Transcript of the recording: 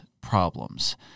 problems